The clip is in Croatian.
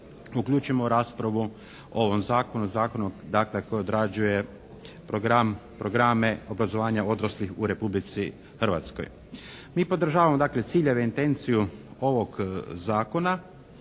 uključim u raspravu o ovom Zakonu, zakonu dakle koji odrađuje programe obrazovanja odraslih u Republici Hrvatskoj. Mi podržavamo, dakle, ciljeve i intenciju ovog Zakona